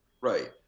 right